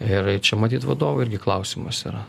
ir čia matyt vadovo irgi klausimas yra